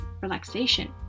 relaxation